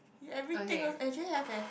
you everything also actually have leh